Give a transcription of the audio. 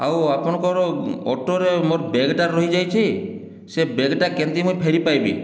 ଆଉ ଆପଣଙ୍କର ଅଟୋରେ ମୋର ବ୍ୟାଗ୍ଟା ରହିଯାଇଛି ସେ ବ୍ୟାଗ୍ଟା କେମିତି ମୁଁ ଫେରିପାଇବି